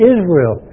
Israel